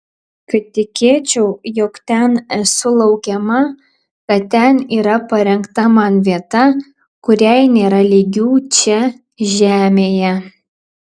kad tikėčiau jog ten esu laukiama kad ten yra parengta man vieta kuriai nėra lygių čia žemėje